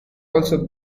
also